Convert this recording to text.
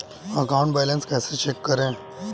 Account balance कैसे check करें?